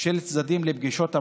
של הצדדים לפגישות המהו"ת,